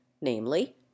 namely